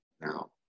now